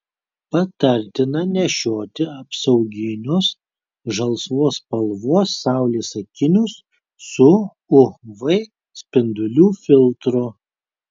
patartina nešioti apsauginius žalsvos spalvos saulės akinius su uv spindulių filtru